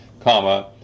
comma